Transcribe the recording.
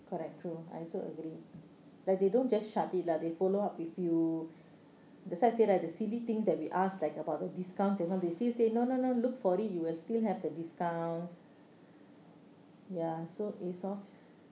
correct true I also agree like they don't just shut it lah they follow up with you that's why I said that the silly things that we asked like about the discounts given they still say no no no look for it you will still have the discounts ya so a source